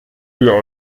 dir